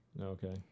Okay